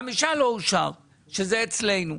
חמישה לא אושר שזה אצלנו,